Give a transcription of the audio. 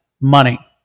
money